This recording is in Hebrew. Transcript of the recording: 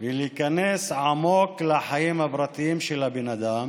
ולהיכנס עמוק לחיים הפרטיים של הבן אדם